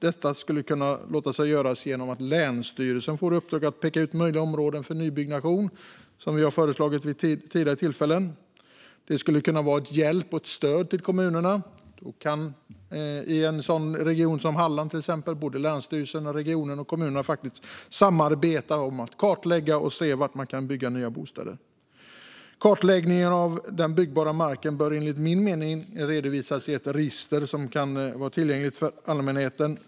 Detta skulle kunna låta sig göras genom att länsstyrelsen får i uppdrag att peka ut möjliga områden för nybyggnation, som vi har föreslagit vid tidigare tillfällen. Det skulle kunna vara en hjälp och ett stöd till kommunerna. När det gäller till exempel Halland skulle då länsstyrelsen, regionen och kommunerna faktiskt kunna samarbeta om att kartlägga och se var man kan bygga nya bostäder. Kartläggningen av den byggbara marken bör enligt min mening redovisas i ett register som är tillgängligt för allmänheten.